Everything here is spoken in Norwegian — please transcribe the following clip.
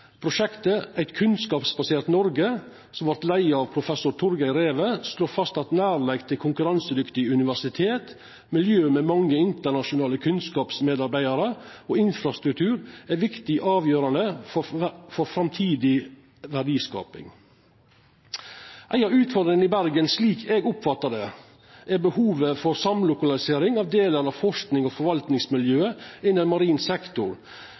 Prosjektet Et kunnskapsbasert Norge, som vart leia av professor Torger Reve, slår fast at nærleik til konkurransedyktig universitet, miljø med mange internasjonale kunnskapsmedarbeidarar og infrastruktur er viktig og avgjerande for framtidig verdiskaping. Ei av utfordringane i Bergen, slik eg oppfattar det, er behovet for samlokalisering av delar av forskings- og forvaltingsmiljøet innan marin sektor.